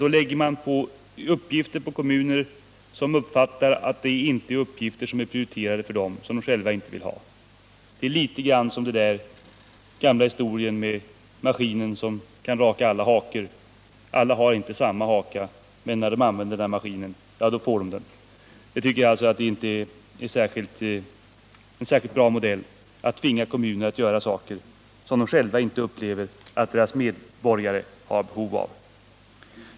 Då lägger man uppgifter på kommunerna som inte stämmer med deras prioriteringar och som de själva inte vill ha. Det påminner om historien om maskinen som kan raka alla hakor: Alla har inte samma haka, men när de använder den här maskinen får de det. Jag tycker alltså inte att det är en särskilt bra modell att tvinga kommuner att göra något som de själva inte upplever att deras medborgare har behov av.